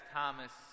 Thomas